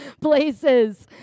places